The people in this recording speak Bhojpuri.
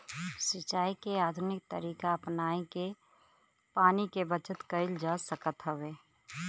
सिंचाई के आधुनिक तरीका अपनाई के पानी के बचत कईल जा सकत हवे